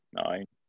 nine